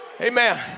Amen